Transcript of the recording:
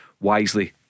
wisely